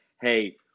hey